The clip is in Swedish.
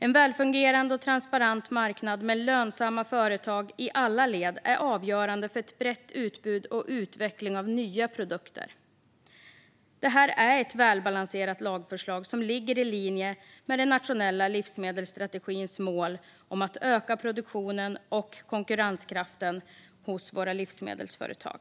En välfungerande och transparent marknad med lönsamma företag i alla led är avgörande för ett brett utbud och utveckling av nya produkter. Detta är ett välbalanserat lagförslag som ligger i linje med den nationella livsmedelsstrategins mål om att öka produktionen och konkurrenskraften hos våra livsmedelsföretag.